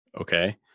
okay